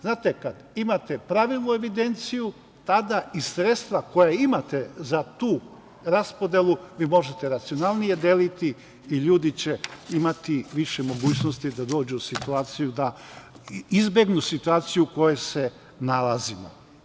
Znate, kada imate pravilnu evidenciju, tada i sredstva koja imate za tu raspodelu vi možete racionalnije deliti i ljudi će imati više mogućnosti da dođu u situaciju da izbegnu situaciju u kojoj se nalazimo.